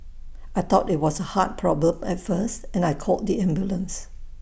I thought IT was A heart problem at first and I called the ambulance